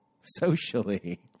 Socially